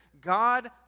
God